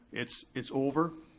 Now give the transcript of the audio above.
it's it's over,